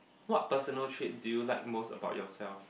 what personal trait so you like most about yourself